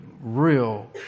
real